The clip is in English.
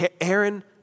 Aaron